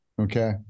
Okay